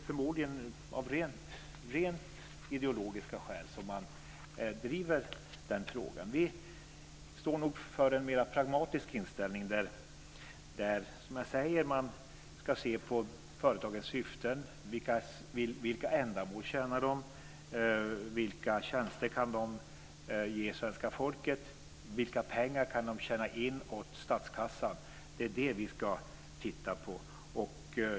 Förmodligen är det av rent ideologiska skäl som man driver den frågan. Vi står nog för en mer pragmatisk inställning, nämligen att man, som sagt, ska se till företagens syften - vilka ändamål de tjänar, vilka tjänster de kan ge svenska folket och vilka pengar de kan tjäna in åt statskassan. Det är detta som vi ska titta på.